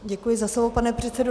Děkuji za slovo, pane předsedo.